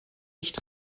nicht